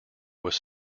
was